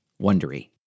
wondery